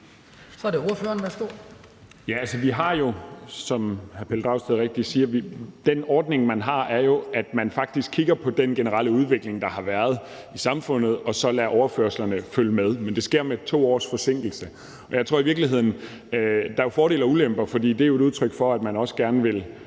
Så er det ordføreren. Kl. 11:31 Jens Joel (S): Altså, som hr. Pelle Dragsted rigtigt siger, er den ordning, vi har, jo, at man faktisk kigger på den generelle udvikling, der har været i samfundet, og så lader overførslerne følge med, men det sker med 2 års forsinkelse. Der er jo fordele og ulemper ved det, for det er jo et udtryk for, at man også gerne vil